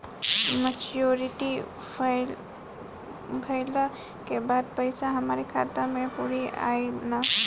Maturity भईला के बाद पईसा हमरे खाता म पूरा आई न?